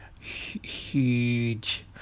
Huge